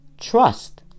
trust